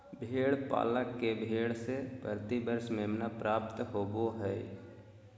भेड़ पालक के भेड़ से प्रति वर्ष मेमना प्राप्त होबो हइ